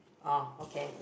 oh okay